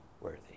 worthy